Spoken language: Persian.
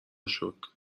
شکر، به